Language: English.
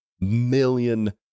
million